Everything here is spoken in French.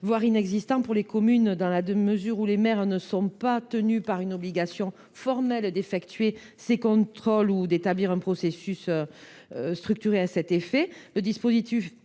voire inexistant pour les communes dans la mesure où les maires ne sont pas tenus par une obligation formelle d’effectuer ces contrôles ni d’établir un processus structuré à cet effet.